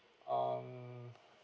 um